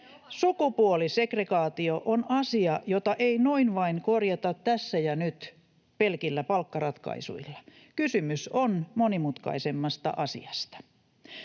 Sukupuolisegregaatio on asia, jota ei noin vain korjata tässä ja nyt pelkillä palkkaratkaisuilla. Kysymys on monimutkaisemmasta asiasta.